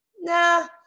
Nah